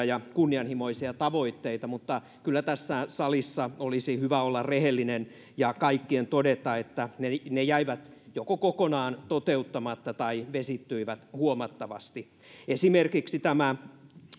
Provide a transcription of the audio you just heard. ja kunnianhimoisia tavoitteita mutta kyllä tässä salissa olisi hyvä olla rehellinen ja kaikkien todeta että ne ne jäivät joko kokonaan toteuttamatta tai vesittyivät huomattavasti esimerkiksi tämä